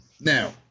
Now